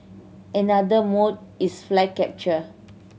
another mode is flag capture